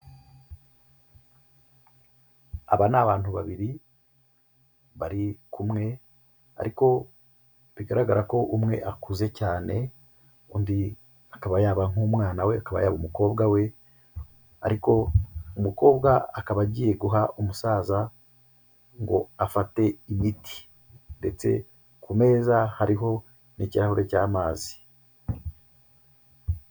Aba ni abantu babiri, bari kumwe, ariko bigaragara ko umwe akuze cyane, undi akaba yaba nk'umwana we, akaba yaba umukobwa we, ariko umukobwa akaba agiye guha umusaza ngo afate imiti, ndetse ku meza hariho n'ikirahure cy'amazi.